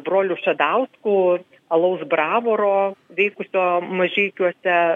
brolių šadauskų alaus bravoro veikusio mažeikiuose